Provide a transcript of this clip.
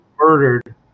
murdered